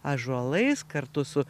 ąžuolais kartu su